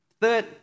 third